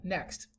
Next